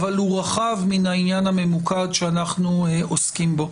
אבל הוא רחב מן העניין הממוקד שאנחנו עוסקים בו.